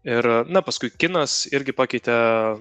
ir na paskui kinas irgi pakeitė